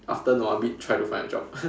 after nua a bit try to find a job